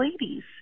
ladies